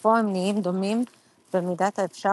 שבסופו הם נהיים דומים במידת האפשר